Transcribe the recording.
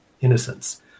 innocence